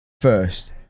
first